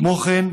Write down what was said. כמו כן,